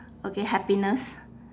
okay happiness